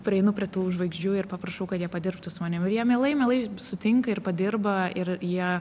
prieinu prie tų žvaigždžių ir paprašau kad jie padirbtų su manim ir jie mielai mielai sutinka ir padirba ir jie